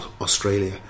Australia